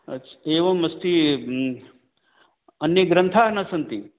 अच्छा एवम् अस्ति अन्ये ग्रन्थाः न सन्ति